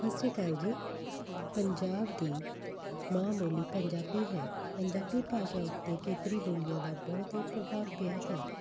ਸਤਿ ਸ਼੍ਰੀ ਅਕਾਲ ਜੀ ਪੰਜਾਬ ਦੀ ਮਾਂ ਬੋਲੀ ਪੰਜਾਬੀ ਹੈ ਪੰਜਾਬੀ ਭਾਸ਼ਾ ਉੱਤੇ ਖੇਤਰੀ ਬੋਲੀਆਂ ਦਾ ਬਹੁਤ ਹੀ ਪ੍ਰਭਾਵ ਪਿਆ ਹੈ